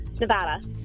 Nevada